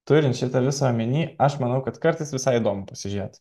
turint šitą visą omeny aš manau kad kartais visai įdomu pasižiūrėt